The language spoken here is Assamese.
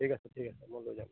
ঠিক আছে ঠিক আছে মই লৈ যাম